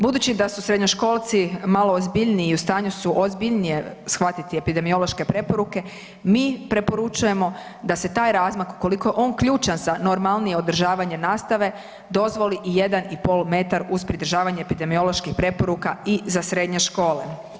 Budući da su srednjoškolci malo ozbiljniji i u stanju su ozbiljnije shvatiti epidemiološke preporuke, mi preporučujemo da se taj razmak, koliko je on ključan za normalnije održavanje nastave, dozvoli i 1,5 m uz pridržavanje epidemioloških preporuka i za srednje škole.